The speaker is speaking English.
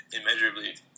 immeasurably